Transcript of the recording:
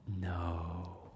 No